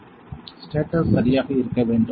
Refer Time 1214 status சரியாக இருக்க வேண்டும்